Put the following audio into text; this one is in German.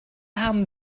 haben